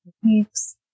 techniques